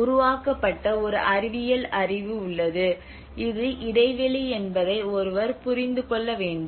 உருவாக்கப்பட்ட ஒரு அறிவியல் அறிவு உள்ளது இது இடைவெளி என்பதை ஒருவர் புரிந்து கொள்ள வேண்டும்